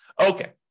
Okay